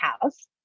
house